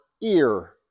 ear